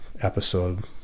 episode